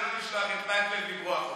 ולא לשלוח את מקלב למרוח אותי.